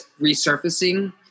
resurfacing